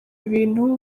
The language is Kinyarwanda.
ibintu